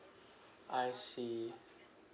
I see